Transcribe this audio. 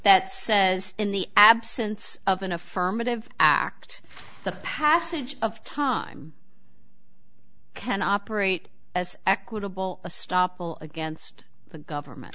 that says in the absence of an affirmative act the passage of time can operate as equitable a stop against the government